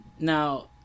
Now